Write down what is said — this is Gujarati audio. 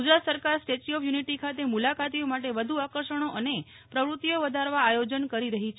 ગુજરાત સરકાર સ્ટેચ્યુ ઓફ યુનિટી ખાતે મુલાકાતીઓ માટે વ્ધુ આકર્ષણો અને પ્રવૃત્તિઓ વધારવા આયોજન કરી રહી છે